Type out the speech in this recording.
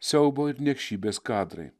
siaubo ir niekšybės kadrai